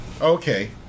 Okay